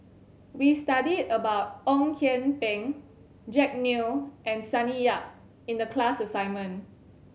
we studied about Ong Kian Peng Jack Neo and Sonny Yap in the class assignment